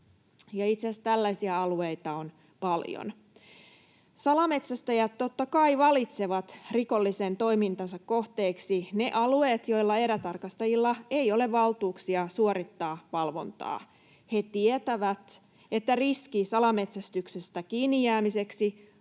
Itse asiassa tällaisia alueita on paljon. Salametsästäjät totta kai valitsevat rikollisen toimintansa kohteeksi ne alueet, joilla erätarkastajilla ei ole valtuuksia suorittaa valvontaa. He tietävät, että riski salametsästyksestä kiinnijäämiseksi